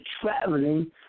traveling